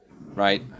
right